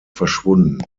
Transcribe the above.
verschwunden